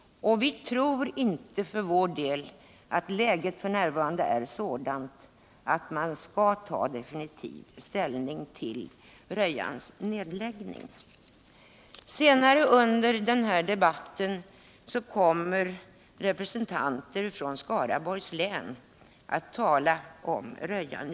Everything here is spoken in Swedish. Vi tror för vår del inte att läget f. n. är sådant att man skall ta definitiv ställning till Rödjans nedläggning. Senare under den här debatten kommer representanter för Skaraborgs län att tala om Rödjan.